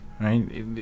right